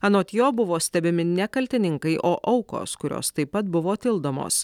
anot jo buvo stebimi ne kaltininkai o aukos kurios taip pat buvo tildomos